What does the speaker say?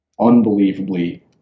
unbelievably